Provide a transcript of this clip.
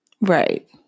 Right